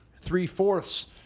three-fourths